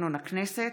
לתקנון הכנסת,